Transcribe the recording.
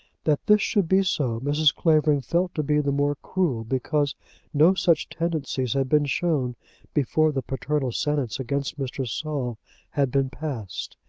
that this should be so mrs. clavering felt to be the more cruel, because no such tendencies had been shown before the paternal sentence against mr. saul had been passed.